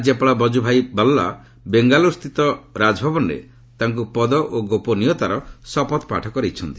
ରାଜ୍ୟପାଳ ବକ୍ତୁଭାଇ ବେଙ୍ଗାଲୁରୁ ସ୍ଥିତ ରାଜଭବନରେ ତାଙ୍କୁ ପଦ ଓ ଗୋପନୀୟତାର ଶପଥପାଠ କରାଇଛନ୍ତି